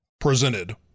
Presented